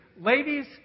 ladies